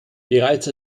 bereits